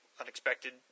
unexpected